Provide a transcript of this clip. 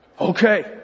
Okay